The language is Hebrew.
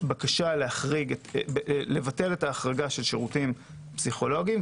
בקשה לבטל את ההחרגה של שירותים פסיכולוגיים,